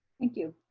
thank you.